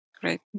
great